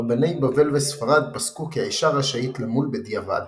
רבני בבל וספרד פסקו כי אישה רשאית למול בדיעבד